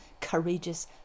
courageous